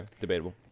debatable